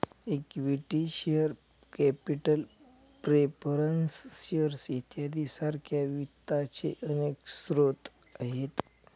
equity share capital preference shares इत्यादी सारख्या वित्ताचे अनेक स्रोत आहेत